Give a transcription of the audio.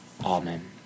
Amen